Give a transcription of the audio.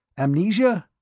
amnesia?